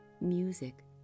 Music